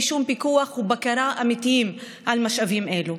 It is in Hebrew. שום פיקוח ובקרה אמיתיים על משאבים אלו.